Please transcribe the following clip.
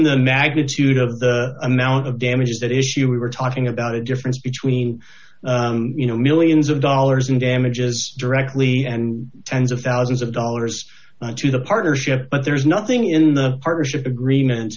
the magnitude of the amount of damages that issue we were talking about a difference between you know millions of dollars in damages directly and tens of thousands of dollars to the partnership but there is nothing in the partnership agreement